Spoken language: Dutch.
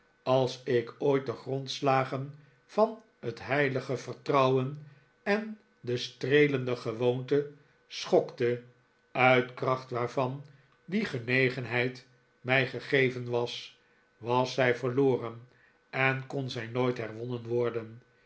als ik ooit de grondslagen van het heilige vertrouwen en de streelende gewoonte schokte uit kracht waarvan die genegenheid mij gegeven was was zij verloren en kon zij nooit herwonnen worden